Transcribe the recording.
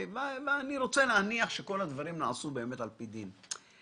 אני רוצה להניח שכל הדברים נעשו על פי דין.